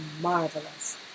marvelous